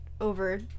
over